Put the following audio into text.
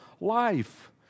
life